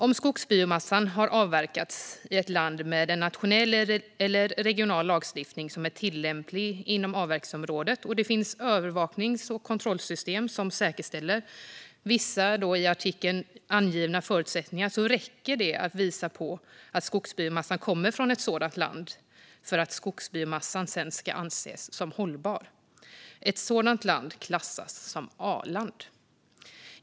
Om skogsbiomassan har avverkats i ett land med en nationell eller regional lagstiftning som är tillämplig inom avverkningsområdet och det finns övervaknings och kontrollsystem som säkerställer vissa i artikeln angivna förutsättningar räcker det att visa på att skogsbiomassan kommer från ett sådant land för att skogsbiomassan ska anses vara hållbar. Ett sådant land klassas som A-land.